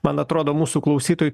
man atrodo mūsų klausytojai